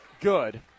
good